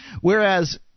whereas